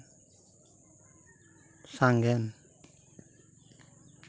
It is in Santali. ᱥᱟᱜᱮᱱ